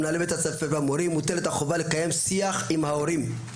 מנהלי בתי הספר והמורים לקיים שיח עם ההורים,